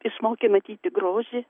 išmokė matyti grožį